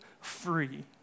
free